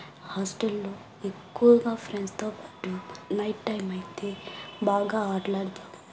హాస్టల్లో ఎక్కువగా ఫ్రెండ్స్తో పాటు నైట్ టైమ్ అయితే బాగ ఆట్లాడుతాను